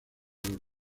los